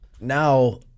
Now